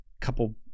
couple